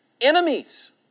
enemies